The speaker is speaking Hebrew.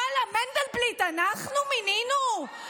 ואללה, מנדלבליט, אנחנו מינינו?